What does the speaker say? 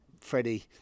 Freddie